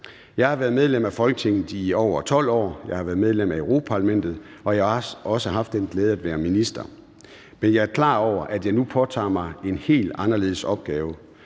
Jeg har været medlem af Folketinget i over 12 år, jeg har været medlem af Europa-Parlamentet, og jeg har også haft den glæde at være minister. Men jeg er klar over, at jeg nu påtager mig en helt anderledes opgave.